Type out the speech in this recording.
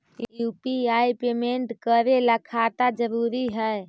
UPI payment करे ला खाता जरूरी है?